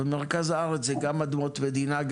במרכז הארץ זה גם אדמות מדינה,